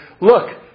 look